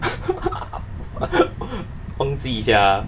忘记 sia